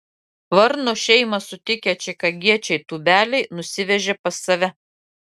varno šeimą sutikę čikagiečiai tūbeliai nusivežė pas save